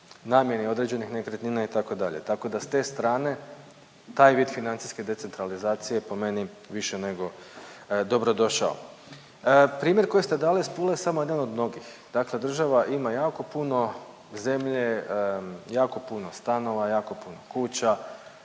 namjeni određenih nekretnina itd. Tako da s te strane taj vid financijske decentralizacije po meni više nego dobro došao. Primjer koji ste dali iz Pule je samo jedan od mnogih. Dakle država ima jako puno zemlje, jako puno stanova, jako puno kuća